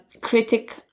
critic